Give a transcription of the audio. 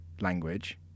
language